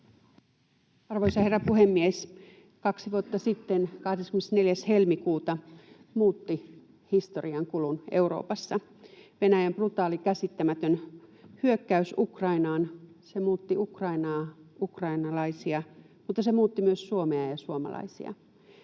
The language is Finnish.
Arvoisa herra puhemies! Kaksi vuotta sitten 24. helmikuuta muutti historian kulun Euroopassa. Venäjän brutaali, käsittämätön hyök-käys Ukrainaan muutti Ukrainaa, ukrainalaisia, mutta se muutti myös Suomea ja suomalaisia.